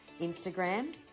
Instagram